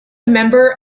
member